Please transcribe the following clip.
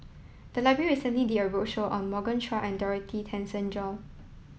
the library recently did a roadshow on Morgan Chua and Dorothy Tessensohn